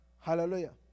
Hallelujah